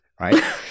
right